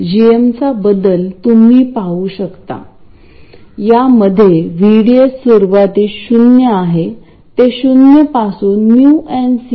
पूर्वी जेव्हा आपण बाईसिंग अरेंजमेंट बघितली होती तेव्हा आपण ड्रेन ला थेट गेटशी कनेक्ट केले होते आता आपण RG च्या माध्यमातून कनेक्ट केले आहे परंतु यामुळे काहीही फरक पडणार नाही कारण गेटमधून dc फ्लो होत नाही